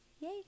Yay